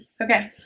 Okay